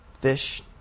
fish